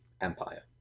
Empire